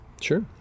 Sure